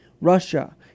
russia